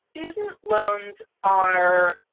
yeah loans are